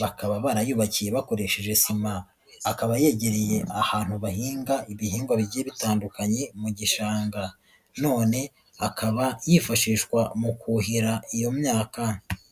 bakaba barayubakiye bakoresheje sima, akaba yegereye ahantu bahinga ibihingwa bigiye bitandukanye mu gishanga, none akaba yifashishwa mu kuhira iyo myaka.